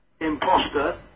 imposter